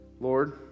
Lord